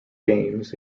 games